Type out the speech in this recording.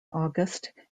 august